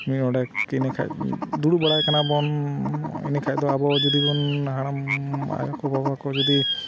ᱢᱤᱫ ᱰᱚᱸᱰᱮᱠ ᱤᱱᱟᱹ ᱠᱷᱟᱱ ᱫᱩᱲᱩᱵ ᱵᱟᱲᱟᱭ ᱠᱟᱱᱟ ᱵᱚᱱ ᱤᱱᱟᱹ ᱠᱷᱟᱱ ᱫᱚ ᱟᱵᱚ ᱡᱩᱫᱤ ᱵᱚᱱ ᱦᱟᱲᱟᱢ ᱟᱭᱳ ᱠᱚ ᱵᱟᱵᱟ ᱠᱚ ᱡᱩᱫᱤ